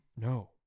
no